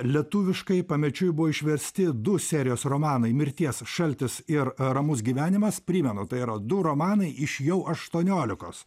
lietuviškai pamečiui buvo išversti du serijos romanai mirties šaltis ir ramus gyvenimas primenu tai yra du romanai iš jau aštuoniolikos